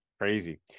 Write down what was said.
Crazy